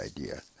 idea